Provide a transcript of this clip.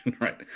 Right